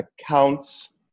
accounts